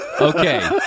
Okay